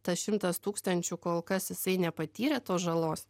tas šimtas tūkstančių kol kas jisai nepatyrė tos žalos